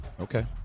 Okay